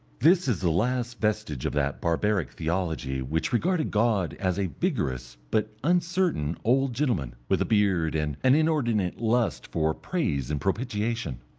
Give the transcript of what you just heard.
this is the last vestige of that barbaric theology which regarded god as a vigorous but uncertain old gentleman with a beard and an inordinate lust for praise and propitiation.